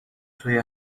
توی